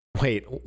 Wait